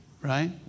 Right